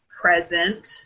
present